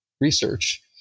research